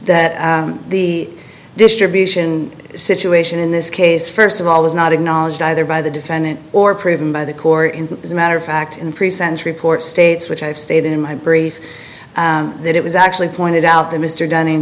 that the distribution situation in this case first of all was not acknowledged either by the defendant or proven by the court in as a matter of fact in present report states which i have stated in my brief that it was actually pointed out that mr dunning